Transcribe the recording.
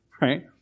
Right